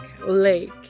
lake